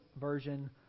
version